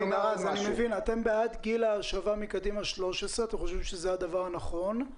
אתם בעד גיל ההושבה מקדימה שיהיה 13. אתם חושבים שזה הדבר הנכון?